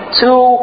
two